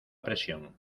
presión